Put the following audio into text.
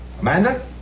Amanda